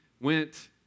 went